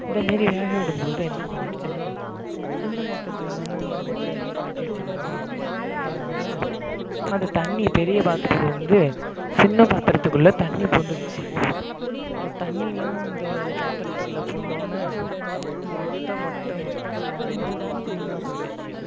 அந்தமாரி வேகவிடும்போது என்ன பண்ணிடுச்சின்னால் சின்ன பாத்திரத்தில் தானே இந்த முட்டையெல்லாம் கலக்கி வச்சிருந்தோம் அதனால் அந்த தண்ணி பெரிய பாத்திரத்துலேருந்து சின்ன பாத்திரத்துக்குள்ளே தண்ணி பூந்துடுச்சி தண்ணிலாம் அந்த பாத்திரத்துக்குள்ள பூந்தோடன்ன மொத்த மட்ட முட்டை குழம்பும் வீணாகப்போயிடுச்சு